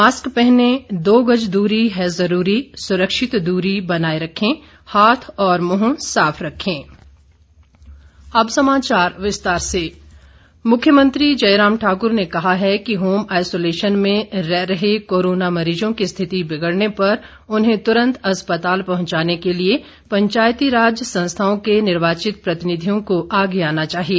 mask पहनें दो गज दूरी है जरूरी सुरक्षित दूरी बनाये रखें हाथ और मुंह साफ रखें जयराम मुख्यमंत्री जयराम ठाकुर ने कहा है कि होम आईसोलेशन में रह रहे कोरोना मरीजों की स्थिति बिगड़ने पर उन्हें तुरन्त अस्पताल पहुंचाने के लिए पंचायती राज संस्थाओं के निर्वाचित प्रतिनिधियों को आगे आना चाहिए